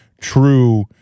true